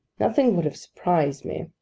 nothing would have surprised me.